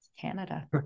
Canada